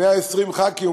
120 ח"כים,